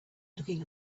looking